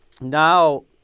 now